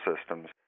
systems